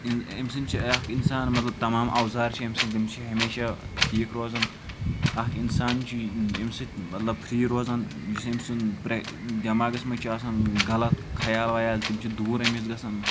امہِ سۭتۍ چھِ اَکھ اِنسان مطلب تَمام اَوزار چھِ أمۍ سٕنٛد تِم چھِ ہمیشہ ٹھیٖک روزان اَکھ اِنسان چھُ اَمہِ سۭتۍ مطلب فرٛی روزان یُس أمۍ سُںٛد برےٚ دٮ۪ماغَس منٛز چھِ آسان غلط خیال ویال تِم چھ دوٗر أمِس گَژھان